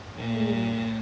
mm